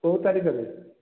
କୋଉ ତାରିଖରେ